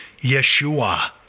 Yeshua